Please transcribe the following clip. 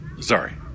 Sorry